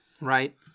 Right